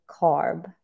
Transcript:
carb